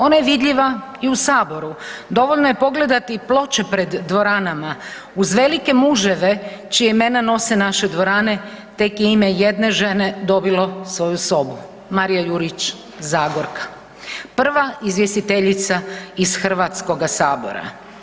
Ona je vidljiva i u Saboru, dovoljno je pogledati ploče pred dvoranama uz velike muževe čija imena nose naše dvorane tek je ime jedne žene dobilo svoju sobu Marija Jurić Zagorka, prva izvjestiteljica iz HS-a.